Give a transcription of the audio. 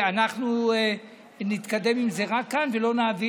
אנחנו נתקדם עם זה רק כאן ולא נעביר